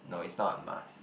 no it's not a must